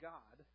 God